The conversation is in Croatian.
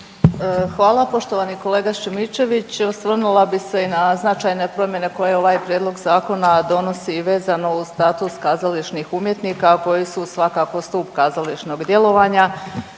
Hvala. Poštovani kolega Šimičević osvrnula bi se i na značajne promjene koje ovaj prijedlog zakona donosi i vezano uz status kazališnih umjetnika, a koji su svakako stup kazališnog djelovanja.